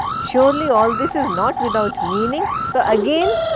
surely all this is not without meaning. so again,